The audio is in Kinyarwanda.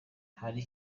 hari